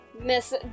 Miss